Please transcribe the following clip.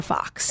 Fox